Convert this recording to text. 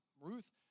Ruth